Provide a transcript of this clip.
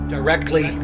Directly